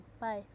Bye